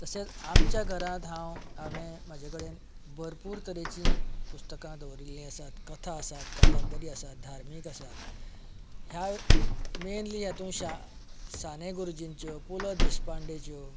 तशेंच आमच्या घरांत हांव हांवें म्हजे कडेन भरपूर तरेची पुस्तकां दवरिल्ली आसात कथा आसात कादंबरी आसात धार्मीक ग्रंथ आसात ह्या मेनली हेतून शा साने गुरूजींच्यो पु ल देशपांडेच्यो